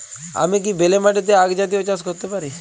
আমি কি বেলে মাটিতে আক জাতীয় চাষ করতে পারি?